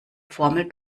formel